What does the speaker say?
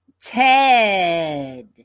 Ted